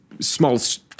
smallest